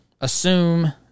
assume